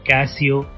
Casio